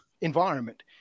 environment